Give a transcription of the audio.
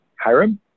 Hiram